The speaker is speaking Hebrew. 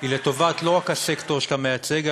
היא לא רק לטובת הסקטור שאתה מייצג,